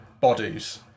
bodies